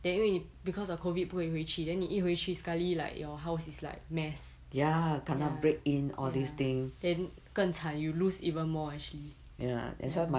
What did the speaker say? then 因为你 because of COVID 不可以回去 then 你一回去 sekali like your house is like mess ya ya then 更惨 you lose even more actually ya